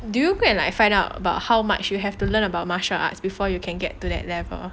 did you go and like find out about how much you have to learn about martial arts before you can get to that level